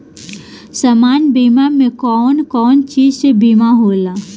सामान्य बीमा में कवन कवन चीज के बीमा होला?